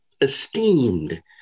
esteemed